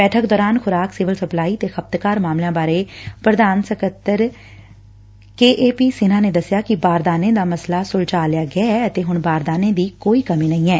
ਬੈਠਕ ਦੌਰਾਨ ਖੁਰਾਕ ਸਿਵਲ ਸਪਲਾਈ ਤੇ ਖਪਤਕਾਰ ਮਾਮਲਿਆਂ ਬਾਰੇ ਪੁਧਾਨ ਸਕੱਤਰ ਕੇ ਏ ਪੀ ਸਿਨਾ ਨੇ ਦਸਿਆ ਕਿ ਬਾਰਦਾਨੇ ਦਾ ਮਸਲਾ ਸੁਲਝਾ ਲਿਆ ਗਿਐ ਅਤੇ ਹੁਣ ਬਾਰਦਾਨੇ ਦੀ ਕੋਈ ਕਮੀ ਨਹੀਂ ਐ